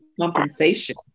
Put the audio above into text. compensation